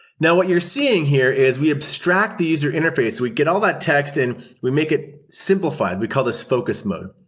now what you're seeing here is we abstract the user interface. we get all that text and we make it simplified. we call this focus mode.